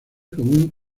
como